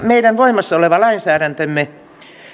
meidän voimassa oleva lainsäädäntömme